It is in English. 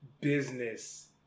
business